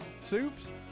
soups